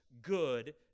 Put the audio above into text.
good